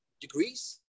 degrees